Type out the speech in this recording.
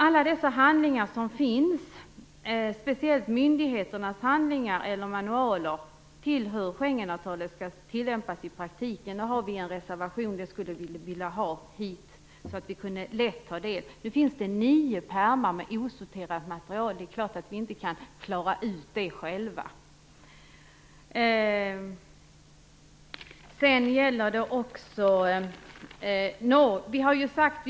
Alla dessa handlingar som finns, speciellt myndigheternas manualer, om hur Schengenavtalet skall tillämpas i praktiken skulle vi vilja ha hit så att vi lätt kunde ta del av dem. Nu finns det nio pärmar med osorterat material. Det är klart att vi inte kan klara ut det själva. Vi har en reservation i detta sammanhang.